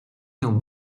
nią